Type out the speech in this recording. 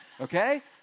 okay